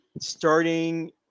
starting